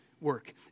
work